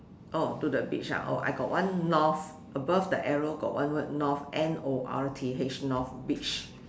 oh to the beach ah oh I got one north above the arrow got one word north N O R T H North beach